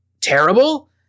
terrible